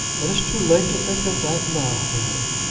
it's too late to think of that now, harry.